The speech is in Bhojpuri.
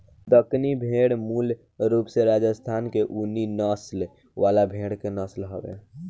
दक्कनी भेड़ मूल रूप से राजस्थान के ऊनी नस्ल वाला भेड़ के नस्ल हवे